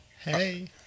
Hey